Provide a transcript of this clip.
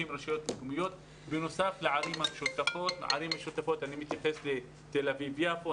רשויות מקומיות בנוסף לערים המשותפות וכאן אני מתייחס לתל אביב-יפו,